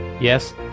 Yes